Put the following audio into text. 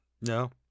No